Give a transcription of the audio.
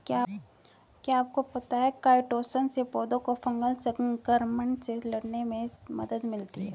क्या आपको पता है काइटोसन से पौधों को फंगल संक्रमण से लड़ने में मदद मिलती है?